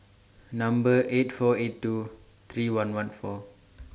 Number eight four eight two three one one four